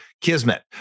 kismet